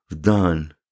done